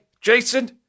Jason